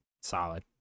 solid